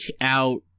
out